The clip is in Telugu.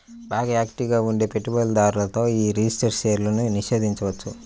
బాగా యాక్టివ్ గా ఉండే పెట్టుబడిదారులతో యీ రిజిస్టర్డ్ షేర్లను నిషేధించొచ్చు